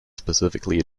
specifically